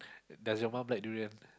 does your mom like durian